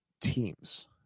teams